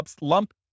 lump